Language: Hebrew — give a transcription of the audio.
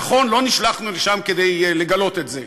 נכון, לא נשלחנו לשם כדי לגלות את זה,